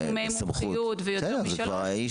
בסופו של דבר,